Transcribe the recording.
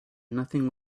nothing